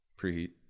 Preheat